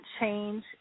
change